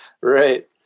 Right